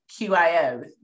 QIO